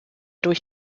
durch